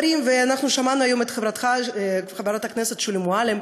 שמענו היום את חברתך חברת הכנסת שולי מועלם,